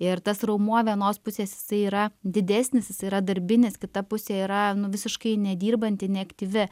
ir tas raumuo vienos pusės jisai yra didesnis jisai yra darbinis kita pusė yra visiškai nedirbanti neaktyvi